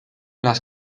las